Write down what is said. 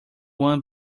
won